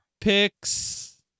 picks